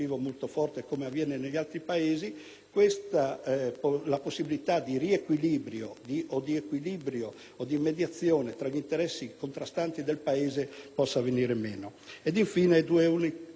la possibilità di riequilibrio o di mediazione tra gli interessi contrastanti del Paese possa venire meno. Infine, due ultime considerazioni: non